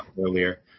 earlier